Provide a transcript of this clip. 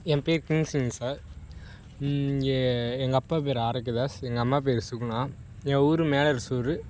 என் பேர் கிங்ஸ்லின் சார் என் எங்கள் அப்பா பேர் ஆரோக்கியதாஸ் எங்கள் அம்மா பேர் சுகுணா என் ஊர் மேலரசூர்